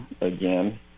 again